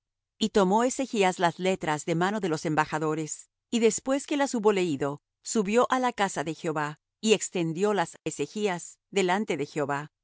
y tomó ezechas las letras de mano de los embajadores y después que las hubo leído subió á la casa de jehová y extendiólas ezechas delante de jehová